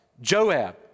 Joab